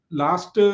last